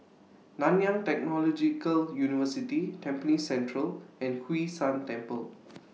Nanyang Technological University Tampines Central and Hwee San Temple